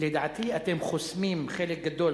לדעתי אתם חוסמים חלק גדול,